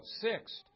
Sixth